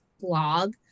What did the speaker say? blog